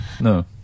No